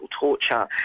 torture